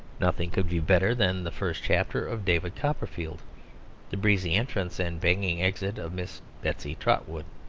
nothing could be better than the first chapter of david copperfield the breezy entrance and banging exit of miss betsy trotwood.